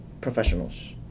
professionals